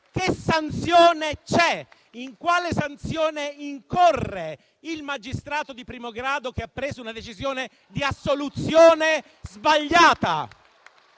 che sanzione c'è? In quale sanzione incorre il magistrato di primo grado che ha preso una decisione di assoluzione sbagliata?